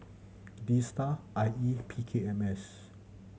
DSTA I E and P K M S